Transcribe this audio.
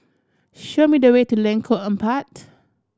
show me the way to Lengkok Empat